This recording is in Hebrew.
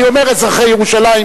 אני אומר "אזרחי ירושלים",